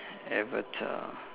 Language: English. Avatar